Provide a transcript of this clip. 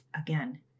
again